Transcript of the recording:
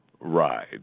ride